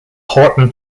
horton